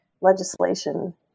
legislation